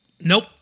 Nope